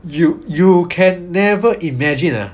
you you can never imagine lah